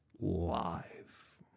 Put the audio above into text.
live